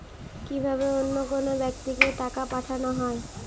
কি ভাবে অন্য কোনো ব্যাক্তিকে টাকা পাঠানো হয়?